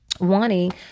wanting